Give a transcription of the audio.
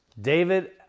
David